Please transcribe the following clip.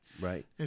right